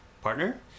partner